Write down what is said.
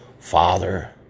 Father